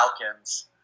Falcons